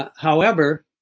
ah however,